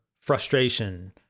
frustration